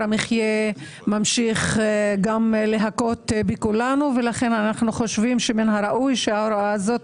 המחיה ממשיך גם להכות בכולנו ולכן אנחנו חושבים שמן הראוי שההוראה הזאת